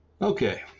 Okay